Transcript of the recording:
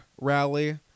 rally